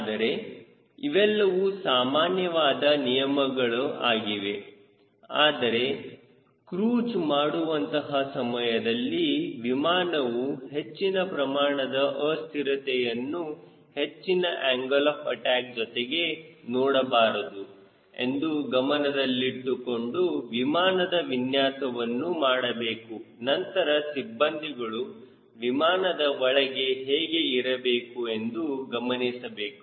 ಆದರೆ ಇವೆಲ್ಲವೂ ಸಾಮಾನ್ಯವಾದ ನಿಯಮಗಳ ಆಗಿವೆ ಆದರೆ ಕ್ರೂಜ್ ಮಾಡುವಂತಹ ಸಮಯದಲ್ಲಿ ವಿಮಾನವು ಹೆಚ್ಚಿನ ಪ್ರಮಾಣದ ಅಸ್ಥಿರತೆಯನ್ನು ಹೆಚ್ಚಿನ ಆಂಗಲ್ ಆಫ್ ಅಟ್ಯಾಕ್ ಜೊತೆಗೆ ನೋಡಬಾರದು ಎಂದು ಗಮನದಲ್ಲಿಟ್ಟುಕೊಂಡು ವಿಮಾನದ ವಿನ್ಯಾಸವನ್ನು ಮಾಡಬೇಕು ನಂತರ ಸಿಬ್ಬಂದಿಗಳು ವಿಮಾನದ ಒಳಗೆ ಹೇಗೆ ಇರಬೇಕು ಎಂದು ಗಮನಿಸಬೇಕು